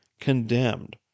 condemned